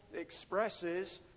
expresses